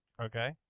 Okay